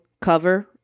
cover